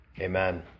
amen